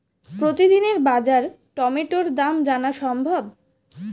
প্রতিদিনের বাজার টমেটোর দাম জানা সম্ভব?